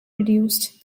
reduced